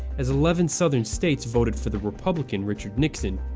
as eleven southern states voted for the republican richard nixon.